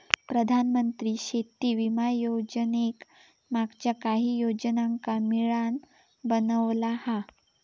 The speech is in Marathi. प्रधानमंत्री शेती विमा योजनेक मागच्या काहि योजनांका मिळान बनवला हा